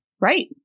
Right